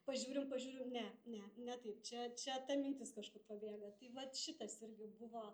pažiūrim pažiūrim ne ne ne taip čia čia ta mintis kažkur pabėga tai vat šitas irgi buvo